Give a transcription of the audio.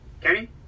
Kenny